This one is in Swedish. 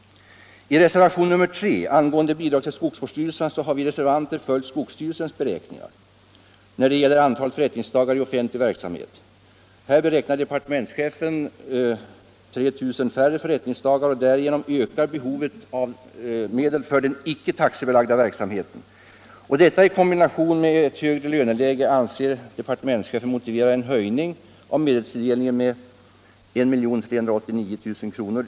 I reservationen 3 angående bidrag till skogsvårdsstyrelserna har vi reservanter följt skogsstyrelsens beräkningar när det gäller antalet förrättningsdagar i offentlig verksamhet. Där beräknar departementschefen 3 000 färre förrättningsdagar, och därigenom ökar behovet av medel för den icke taxebelagda verksamheten. Detta i kombination med ett högre löneläge anser departementschefen motiverar en höjning av medelstilldelningen med 1389 000 kr.